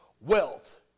wealth